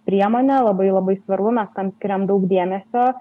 priemonė labai labai svarbu mes tam skiriam daug dėmesio